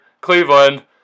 Cleveland